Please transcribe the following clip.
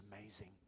amazing